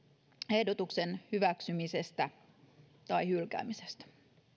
ehdotuksen hyväksymisestä tai hylkäämisestä